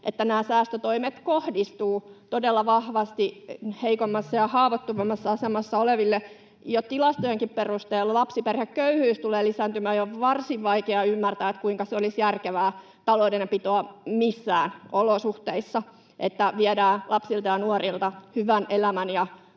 että nämä säästötoimet kohdistuvat todella vahvasti heikoimmassa ja haavoittuvimmassa asemassa oleviin. Jo tilastojenkin perusteella lapsiperheköyhyys tulee lisääntymään, ja on varsin vaikea ymmärtää, kuinka se olisi järkevää taloudenpitoa missään olosuhteissa, että viedään lapsilta ja nuorilta hyvän elämän ja tulevaisuuden